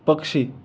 पक्षी